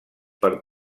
per